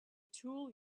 tool